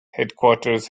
headquarters